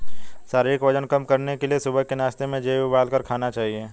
शारीरिक वजन कम करने के लिए सुबह के नाश्ते में जेई उबालकर खाने चाहिए